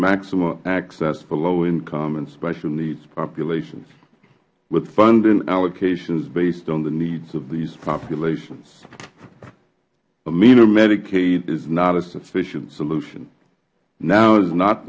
maximum access for low income and special needs populations with fund allocations based on the needs of these populations a meaner medicaid is not a sufficient solution now is not